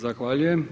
Zahvaljujem.